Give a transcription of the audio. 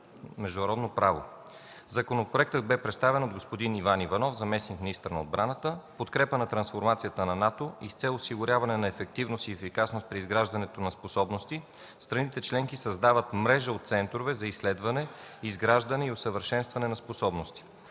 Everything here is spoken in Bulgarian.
„Международно право”. Законопроектът бе представен от господин Иван Иванов – заместник-министър на отбраната. В подкрепа на трансформацията на НАТО и с цел осигуряване на ефективност и ефикасност при изграждането на способности страните членки създават мрежа от центрове за изследване, изграждане и усъвършенстване на способности.